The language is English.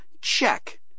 Check